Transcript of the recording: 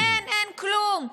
אין, אין כלום.